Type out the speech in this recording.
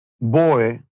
boy